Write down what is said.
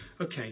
okay